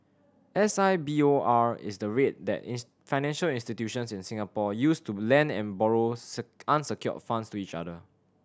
S I B O R is the rate that financial institutions in Singapore use to lend and borrow unsecured funds to each other